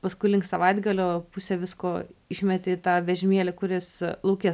paskui link savaitgalio pusę visko išmeti į tą vežimėlį kuris lauke